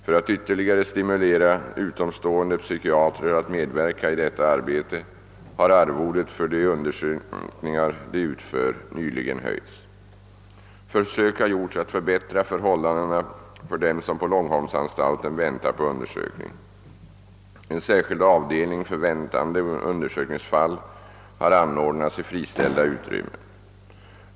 För att ytterligare stimulera utomstående psykiatrer att medverka i detta arbete har arvodet för de undersökningar, de utför, nyligen höjts. Försök har gjorts att förbättra förhållandena för dem som på långholmsanstalten väntar på undersökning. En särskild avdelning för väntande undersökningsfall har anordnats i friställda utrymmen.